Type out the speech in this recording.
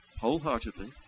wholeheartedly